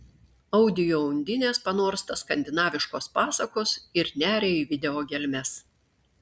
audio undinės panorsta skandinaviškos pasakos ir neria į video gelmes